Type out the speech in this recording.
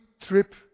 trip